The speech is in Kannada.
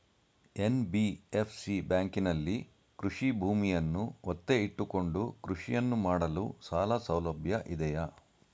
ಎನ್.ಬಿ.ಎಫ್.ಸಿ ಬ್ಯಾಂಕಿನಲ್ಲಿ ಕೃಷಿ ಭೂಮಿಯನ್ನು ಒತ್ತೆ ಇಟ್ಟುಕೊಂಡು ಕೃಷಿಯನ್ನು ಮಾಡಲು ಸಾಲಸೌಲಭ್ಯ ಇದೆಯಾ?